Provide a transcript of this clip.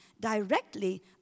directly